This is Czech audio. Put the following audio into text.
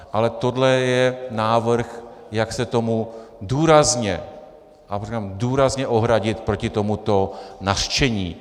Ale tohle je návrh, jak se tomu důrazně a říkám důrazně ohradit proti tomuto nařčení.